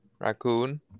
raccoon